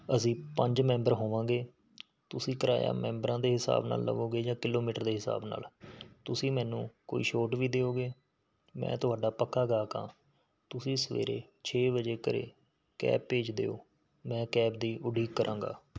ਅਸੀਂ ਪੰਜ ਮੈਂਬਰ ਹੋਵਾਂਗੇ ਤੁਸੀਂ ਕਿਰਾਇਆ ਮੈਂਬਰਾਂ ਦੇ ਹਿਸਾਬ ਨਾਲ਼ ਲਵੋਗੇ ਜਾਂ ਕਿਲੋਮੀਟਰ ਦੇ ਹਿਸਾਬ ਨਾਲ਼ ਤੁਸੀਂ ਮੈਨੂੰ ਕੋਈ ਛੋਟ ਵੀ ਦਿਓਗੇ ਮੈਂ ਤੁਹਾਡਾ ਪੱਕਾ ਗਾਹਕ ਹਾਂ ਤੁਸੀਂ ਸਵੇਰੇ ਛੇ ਵਜੇ ਘਰੇ ਕੈਬ ਭੇਜ ਦਿਓ ਮੈਂ ਕੈਬ ਦੀ ਉਡੀਕ ਕਰਾਂਗਾ